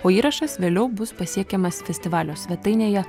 o įrašas vėliau bus pasiekiamas festivalio svetainėje